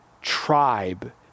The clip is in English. tribe